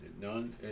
None